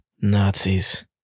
Nazis